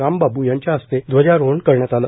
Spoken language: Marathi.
रामबाब् यांच्या हस्ते ध्वजारोहण करण्यात आले